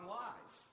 lies